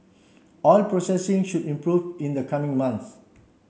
oil processing should improve in the coming months